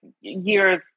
years